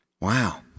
Wow